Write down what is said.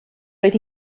roedd